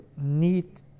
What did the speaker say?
need